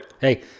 hey